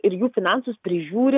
ir jų finansus prižiūri